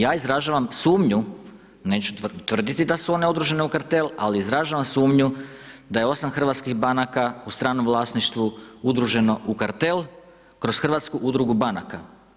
Ja izražavam sumnju, neću tvrditi da su one utvrđene u kartel ali izražavam sumnju da je 8 hrvatskih banaka u stranom vlasništvu udruženo u kartel kroz hrvatsku udrugu banaka.